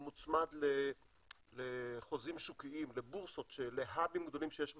והוא מוצמד לחוזים שוקיים, לבורסות בעולם.